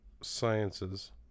sciences